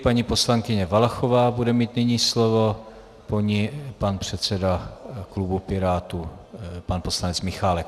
Paní poslankyně Valachová bude mít nyní slovo, po ní pan předseda klubu Pirátů, pan poslanec Michálek.